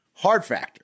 HARDFACTOR